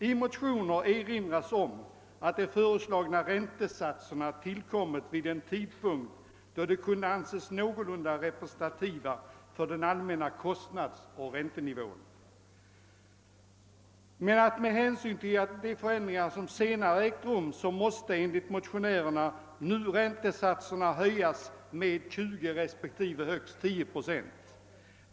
I motioner erinras om att de föreslagna räntesatserna har tillkommit vid en tidpunkt då de kunde anses någorlunda representativa för den allmänna kostnadsoch räntenivån men att med hänsyn till de förändringar som senare ägt rum räntesatserna nu måste höjas med 20 respektive 10 procent.